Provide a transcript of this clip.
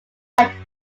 had